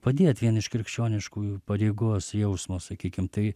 padėt vien iš krikščioniškųjų pareigos jausmo sakykim tai